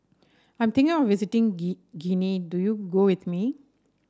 I'm thinking of visiting Guinea do you go with me